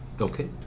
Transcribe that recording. Okay